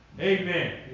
Amen